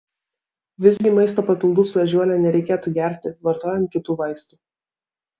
visgi maisto papildų su ežiuole nereikėtų gerti vartojant kitų vaistų